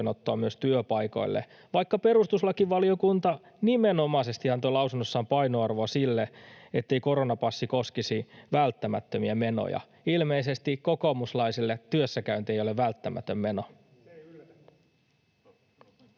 myös työpaikoille, vaikka perustuslakivaliokunta nimenomaisesti antoi lausunnossaan painoarvoa sille, ettei koronapassi koskisi välttämättömiä menoja. Ilmeisesti kokoomuslaisille työssäkäynti ei ole välttämätön meno.